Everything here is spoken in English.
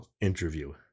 interview